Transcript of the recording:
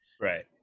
right